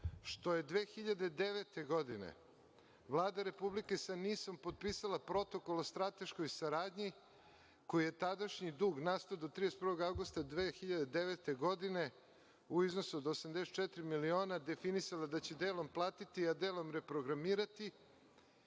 što je 2009. godine Vlada Republike sa NIS-om potpisala protokol o strateškoj saradnji koji je tadašnji dug nastao do 31. avgusta 2009. godine u iznosu do 84 miliona, definisala da će delom platiti, a delom reprogramirati